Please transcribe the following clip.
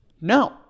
No